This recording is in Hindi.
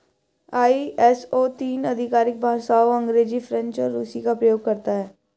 आई.एस.ओ तीन आधिकारिक भाषाओं अंग्रेजी, फ्रेंच और रूसी का प्रयोग करता है